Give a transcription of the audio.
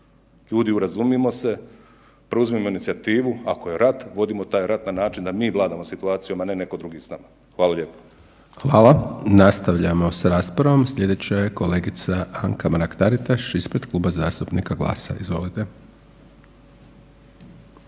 Ljudi urazumimo se, preuzmimo inicijativu, ako je rat vodimo taj rat na način da mi vladamo situacijom, a ne neko drugi s nama. Hvala lijepo. **Hajdaš Dončić, Siniša (SDP)** Hvala. Nastavljamo s raspravom, sljedeća je kolegica Anka Mrak TAritaš ispred Kluba zastupnika GLAS-a. Izvolite.